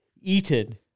Eaten